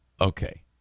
Okay